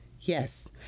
Yes